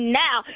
now